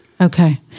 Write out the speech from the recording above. Okay